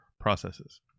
processes